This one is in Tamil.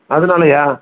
அதனாலயா